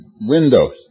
windows